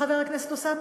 חבר הכנסת אוסאמה?